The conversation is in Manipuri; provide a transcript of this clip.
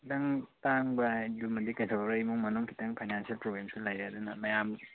ꯈꯤꯇꯪ ꯇꯥꯡꯕ ꯑꯗꯨꯃꯗꯤ ꯀꯩꯗꯧꯔꯔꯣꯏ ꯏꯃꯨꯡ ꯃꯅꯨꯡ ꯈꯤꯇꯪ ꯐꯥꯏꯅꯥꯟꯁꯦꯜ ꯄ꯭ꯔꯣꯕ꯭ꯂꯦꯝꯁꯨ ꯂꯩꯔꯦ ꯑꯗꯨꯅ ꯃꯌꯥꯝ